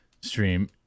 stream